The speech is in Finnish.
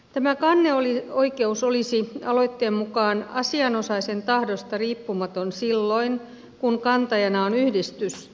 tämä kanneoikeus olisi aloitteen mukaan asianosaisen tahdosta riippumaton silloin kun kantajana on yhdistys